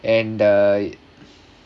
and uh